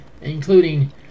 including